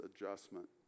adjustment